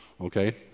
Okay